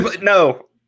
No